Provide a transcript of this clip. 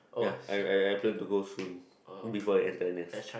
ya I I plan to go soon before I enter n_s